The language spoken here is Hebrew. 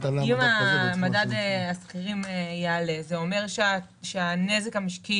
אם מדד השכירים יעלה זה אומר שהנזק המשקי